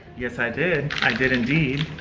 yes, i did, i did indeed.